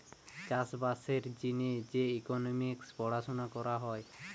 চাষ বাসের জিনে যে ইকোনোমিক্স পড়াশুনা করা হয়